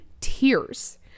tears